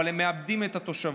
אבל הם מאבדים את התושבות.